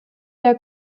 der